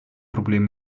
problem